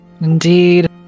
Indeed